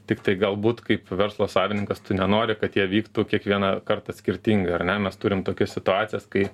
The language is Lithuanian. tiktai galbūt kaip verslo savininkas tu nenori kad jie vyktų kiekvieną kartą skirtingai ar ne mes turim tokias situacijas kai